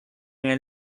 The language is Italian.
nel